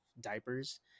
diapers